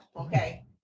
Okay